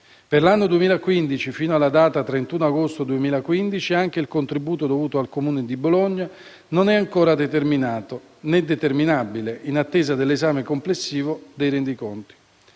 Per l'anno 2015, fino alla data del 31 agosto 2015, anche il contributo dovuto al Comune di Bologna non è ancora determinato né determinabile, in attesa dell'esame complessivo dei rendiconti.